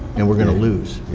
and we're gonna lose.